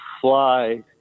fly